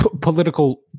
political